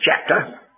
chapter